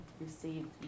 received